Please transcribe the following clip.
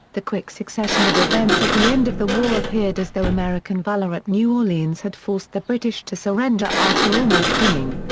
the quick succession of events at the end of the war appeared as though american valor at new orleans had forced the british to surrender after almost winning.